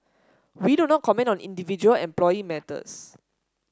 we do not comment on individual employee matters